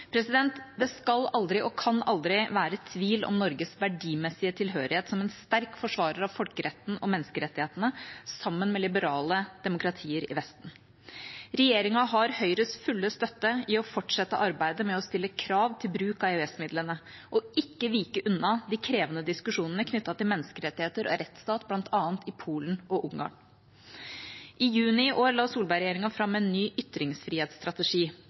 Det skal aldri og kan aldri være tvil om Norges verdimessige tilhørighet som en sterk forsvarer av folkeretten og menneskerettighetene sammen med liberale demokratier i Vesten. Regjeringa har Høyres fulle støtte i å fortsette arbeidet med å stille krav til bruk av EØS-midlene, ikke vike unna de krevende diskusjonene knyttet til menneskerettigheter og rettsstat, bl.a. i Polen og Ungarn. I juni i år la Solberg-regjeringa fram en ny ytringsfrihetsstrategi.